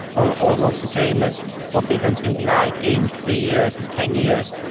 or almost the same as what bitcoin is going to be like in three years and ten years,